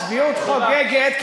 אבל הצביעות חוגגת,